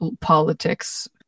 politics